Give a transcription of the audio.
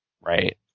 Right